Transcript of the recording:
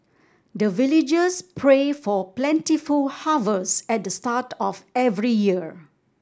the villagers pray for plentiful harvest at the start of every year